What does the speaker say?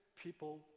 people